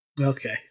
Okay